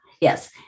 yes